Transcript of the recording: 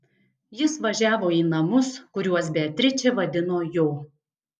jis važiavo į namus kuriuos beatričė vadino jo